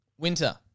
Winter